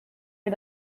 wir